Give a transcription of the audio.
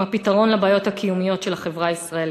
הפתרון לבעיות הקיומיות של החברה הישראלית.